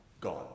Gone